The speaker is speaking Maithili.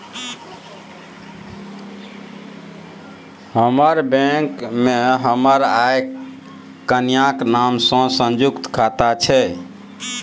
हमर बैंक मे हमर आ कनियाक नाम सँ संयुक्त खाता छै